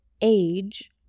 age